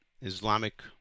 Islamic